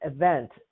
event